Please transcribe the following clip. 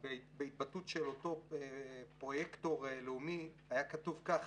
בהתבטאות של אותו פרויקטור לאומי היה כתוב ככה: